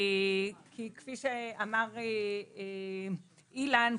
כפי שאמר אילן קודם,